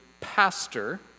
pastor